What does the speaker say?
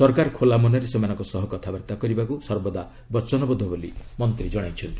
ସରକାର ଖୋଲା ମନରେ ସେମାନଙ୍କ ସହ କଥାବାର୍ତ୍ତା କରିବାକ୍ ସର୍ବଦା ବଚନବଦ୍ଧ ବୋଲି ମନ୍ତ୍ରୀ ଜଣାଇଛନ୍ତି